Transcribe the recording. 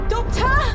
Doctor